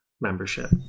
membership